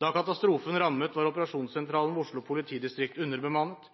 Da katastrofen rammet, var operasjonssentralen ved Oslo politidistrikt underbemannet